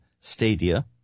stadia